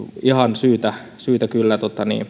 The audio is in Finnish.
ihan syytä syytä kyllä